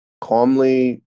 calmly